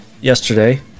yesterday